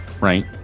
right